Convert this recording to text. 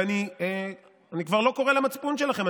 ואני כבר לא קורא למצפון שלכם.